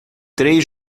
três